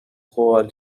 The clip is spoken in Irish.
ghabháil